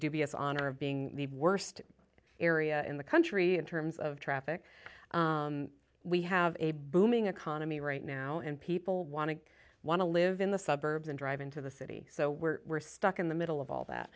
dubious honor of being the worst area in the country in terms of traffic we have a booming economy right now and people want to want to live in the suburbs and drive into the city so we're stuck in the middle of all